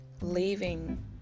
leaving